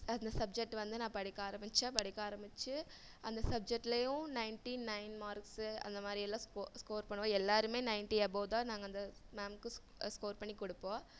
அந்த சப்ஜெக்ட் வந்து நான் படிக்க ஆரம்பித்தேன் படிக்க ஆரம்பிச்சு அந்த சப்ஜெக்ட்லேயும் நைண்ட்டி நைன் மார்க்ஸு அந்த மாதிரியலாம் ஸ்கோர் பண்ணுவேன் எல்லாேருமே நைண்ட்டி எபோ தான் நாங்கள் அந்த மேம்க்கு ஸ்கோர் பண்ணி கொடுப்போம்